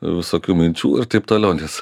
visokių minčių ir taip toliau nes